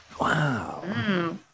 Wow